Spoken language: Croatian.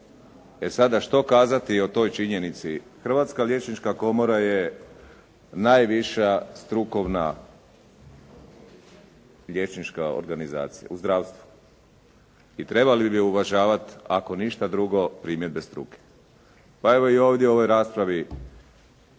E sada što kazati o toj činjenici? Hrvatska liječnička komora je najviša strukovna liječnička organizacija u zdravstvu i trebali bi uvažavati ako ništa drugo, primjedbe struke. Pa evo i ovdje u ovoj raspravi